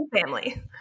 family